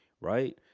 right